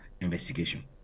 investigation